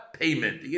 payment